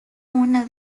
una